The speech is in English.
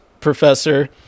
professor